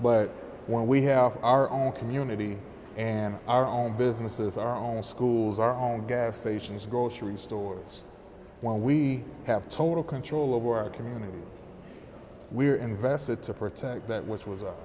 but when we have our own community and our own businesses our own schools our own gas stations grocery stores while we have total control over our community we are invested to protect that which was